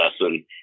lesson